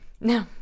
No